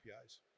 APIs